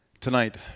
Tonight